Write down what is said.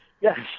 Yes